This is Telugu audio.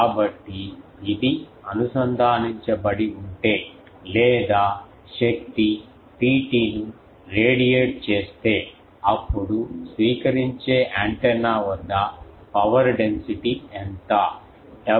కాబట్టి ఇది అనుసంధానించబడి ఉంటే లేదా శక్తి Pt ను రేడియేట్ చేస్తే అప్పుడు స్వీకరించే యాంటెన్నా వద్ద పవర్ డెన్సిటీ ఎంత